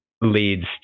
leads